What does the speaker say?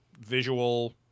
visual